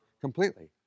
completely